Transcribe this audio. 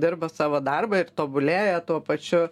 dirba savo darbą ir tobulėja tuo pačiu